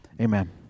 amen